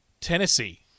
Tennessee